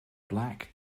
black